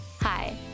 Hi